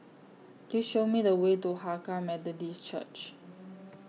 Please Show Me The Way to Hakka Methodist Church